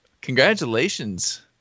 Congratulations